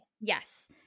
Yes